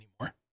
anymore